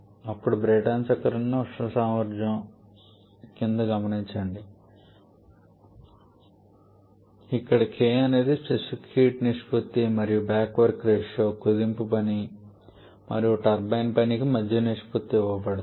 అప్పుడు బ్రైటన్ చక్రానికి ఉష్ణ సామర్థ్యం ఇక్కడ k అనేది స్పెసిఫిక్ హీట్ నిష్పత్తి మరియు బ్యాక్ వర్క్ రేషియో కుదింపు పని మరియు టర్బైన్ పని కి మధ్య నిష్పత్తిగా ఇవ్వబడుతుంది